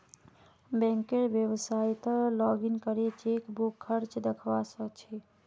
बैंकेर website login करे chequebook खर्च दखवा स ख छि